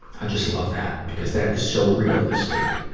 i just love that, because that is so realistic.